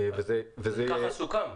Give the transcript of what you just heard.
ככה סוכם.